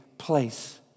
place